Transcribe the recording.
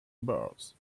bars